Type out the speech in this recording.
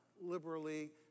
liberally